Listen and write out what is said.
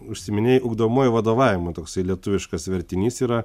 užsiiminėjai ugdomuoju vadovavimu toksai lietuviškas vertinys yra